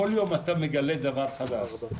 כל יום אתה מגלה דבר חדש.